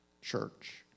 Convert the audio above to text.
church